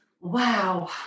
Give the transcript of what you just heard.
Wow